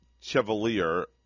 Chevalier